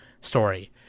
story